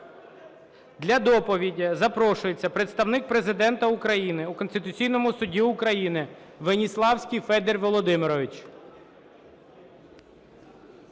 для доповіді запрошується Представник Президента України у Конституційному Суді України Веніславський Федір Володимирович.